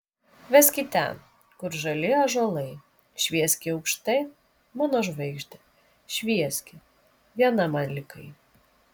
veski ten kur žali ąžuolai švieski aukštai mano žvaigžde švieski viena man likai